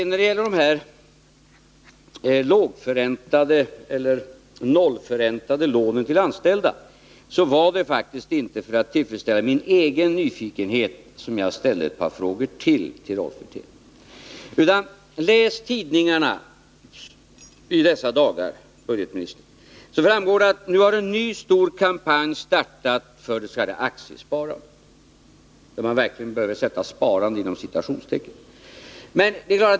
När det gäller de lågförräntade eller nollförräntade lånen till de anställda var det faktiskt inte för att tillfredsställa min egen nyfikenhet som jag ställde ytterligare ett par frågor till Rolf Wirtén. Läs tidningarna i dessa dagar, budgetministern! Där framgår det att en ny stor kampanj nu har startat för det s.k. aktiesparandet. Där bör man verkligen sätta sparande inom citationstecken.